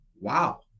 Wow